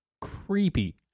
creepy